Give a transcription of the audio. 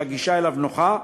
שהגישה אליו נוחה,